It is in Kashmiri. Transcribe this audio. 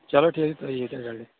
چلو ٹھیٖک چھُ تُہۍ یِیِو تیٚلہِ جلدی